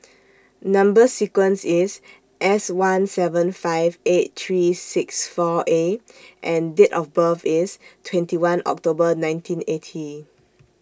Number sequence IS S one seven five eight three six four A and Date of birth IS twenty one October nineteen eighty